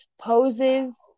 poses